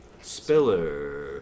Spiller